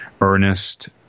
earnest